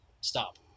stop